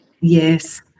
yes